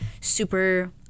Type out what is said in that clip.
super